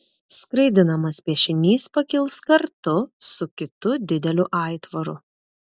skraidinamas piešinys pakils kartu su kitu dideliu aitvaru